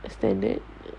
extended